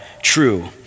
true